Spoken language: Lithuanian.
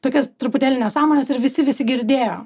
tokias truputėlį nesąmones ir visi visi girdėjo